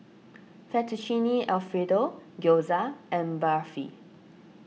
Fettuccine Alfredo Gyoza and Barfi